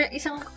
isang